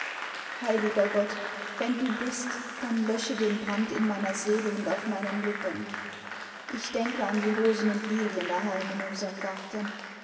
heiliger gott wenn du bist dann lösche den brand in meiner seele und auf meinen lippen ich denke an die rosen imd lilien daheim in unserem garten